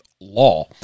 law